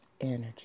energy